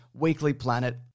weeklyplanet